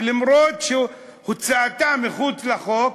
שלמרות הוצאתה מחוץ לחוק,